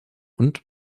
und